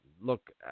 look